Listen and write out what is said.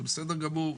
זה בסדר גמור.